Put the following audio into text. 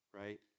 right